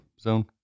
zone